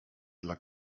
dla